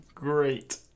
great